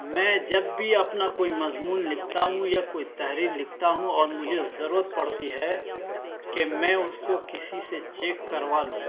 میں جب بھی اپنا کوئی مضمون لکھتا ہوں یا کوئی تحریر لکھتا ہوں اور مجھے ضرورت پڑتی ہے کہ میں اس کو کسی سے چیک کروا لوں